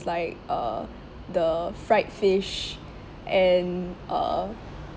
like uh the fried fish and uh